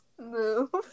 move